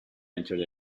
entered